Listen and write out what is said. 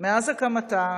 מאז הקמתה